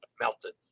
melted